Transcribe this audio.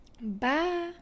Bye